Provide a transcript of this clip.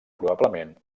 probablement